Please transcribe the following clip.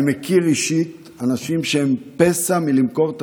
אני מכיר אישית אנשים שהם פסע מלמכור את